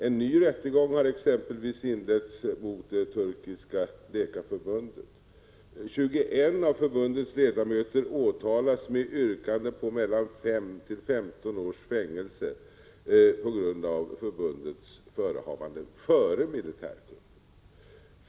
En ny rättegång har exempelvis inletts mot det turkiska läkarförbundet. 21 av förbundets ledamöter åtalas med yrkanden på mellan fem och femton års fängelse på grund av förbundets förehavanden före militärkuppen.